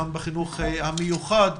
וגם בחינוך המיוחד.